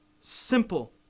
simple